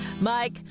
Mike